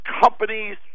companies